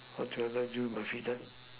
how can I love you in my free time